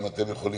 בבקשה.